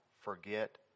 forget